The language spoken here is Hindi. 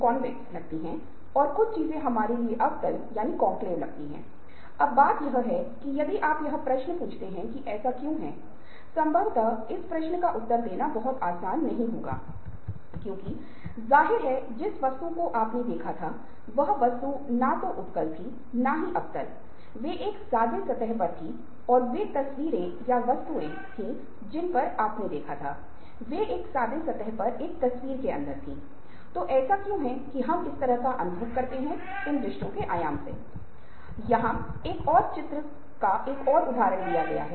क्रिटिकल थिंकिंग बौद्धिक अनुशासित रूप से सक्रिय और कुशलता से अवधारणा अवलोकन अनुभव प्रतिबिंब तर्क या संचार से एकत्रित जानकारी को आपके विश्वास निर्णय और कार्रवाई के रूप में एकत्रित करने विश्लेषण संश्लेषण और या मूल्यांकन करने की प्रक्रिया है